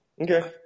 Okay